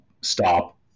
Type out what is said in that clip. stop